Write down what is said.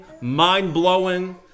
mind-blowing